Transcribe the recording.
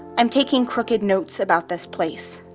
i'm taking crooked notes about this place.